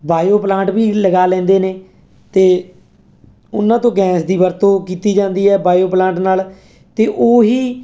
bio plant ਵੀ ਲਗਾ ਲੈਂਦੇ ਨੇ ਅਤੇ ਉਹਨਾਂ ਤੋਂ ਗੈਸ ਦੀ ਵਰਤੋਂ ਕੀਤੀ ਜਾਂਦੀ ਹੈ ਬਾਇਓ ਪਲਾਂਟ ਨਾਲ ਅਤੇ ਉਹੀ